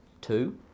two